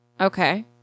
Okay